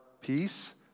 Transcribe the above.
peace